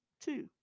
Two